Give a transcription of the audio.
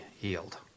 healed